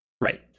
Right